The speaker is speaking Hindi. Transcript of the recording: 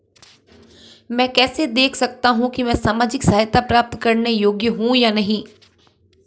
मैं कैसे देख सकता हूं कि मैं सामाजिक सहायता प्राप्त करने योग्य हूं या नहीं?